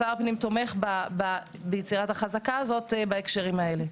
שר הפנים תומך ביצירת החזקה הזאת בהקשרים האלה.